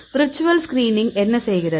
virtual screening என்ன செய்கிறது